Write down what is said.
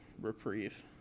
reprieve